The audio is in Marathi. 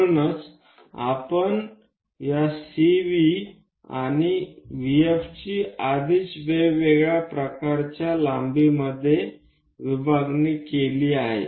म्हणूनच आपण या CV आणि VF ची आधीच वेगवेगळ्या प्रकारच्या लांबीमध्ये विभागणी केली आहे